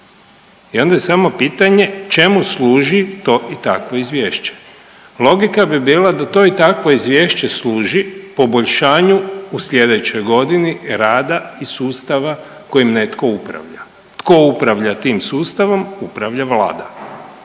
i onda je samo pitanje čemu služi to i takvo izvješće? Logika bi bila da to i takvo izvješće služi poboljšanju u sljedećoj godini rada i sustava kojim netko upravlja. Tko upravlja tim sustavom? Upravlja Vlada.